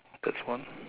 that's one